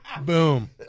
Boom